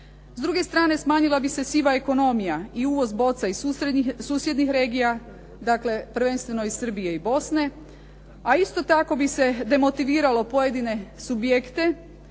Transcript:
S druge strane, smanjila bi se siva ekonomija i uvoz boca iz susjednih regija, dakle prvenstveno iz Srbije i Bosne, a isto tako bi se demotiviralo pojedine subjekte